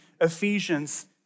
Ephesians